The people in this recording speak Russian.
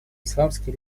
исламской